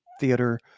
theater